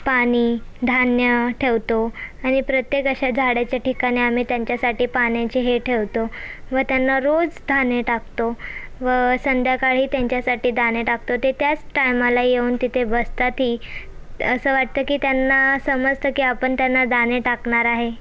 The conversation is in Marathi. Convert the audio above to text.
पाणी धान्य ठेवतो आणि प्रत्येक अशा झाडाच्या ठिकाणी आम्ही त्यांच्यासाठी पाण्याची हे ठेवतो व त्यांना रोज दाणे टाकतो व संध्याकाळी त्यांच्यासाठी दाणे टाकतो ते त्यास टाईमाला येऊन तिथे बसतातही असं वाटतं की त्यांना समजतं की आपण त्यांना दाणे टाकणार आहे